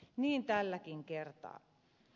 niin tälläkin kertaa